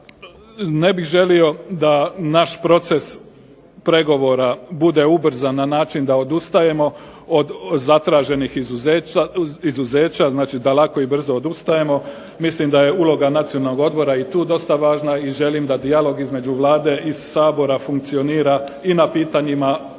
Ne bih želio da naš proces pregovora bude ubrzan na način da odustajemo od zatraženih izuzeća. Znači, da lako i brzo odustajemo. Mislim da je uloga Nacionalnog odbora i tu dosta važna i želim da dijalog između Vlade i Sabora funkcionira i na pitanjima samog